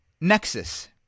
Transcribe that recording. Nexus